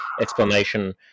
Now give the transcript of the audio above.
explanation